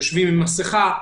יושבים עם מסכה.